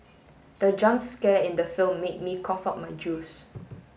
the jump scare in the film made me cough out my juice